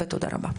ותודה רבה.